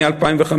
מ-2015,